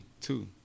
Two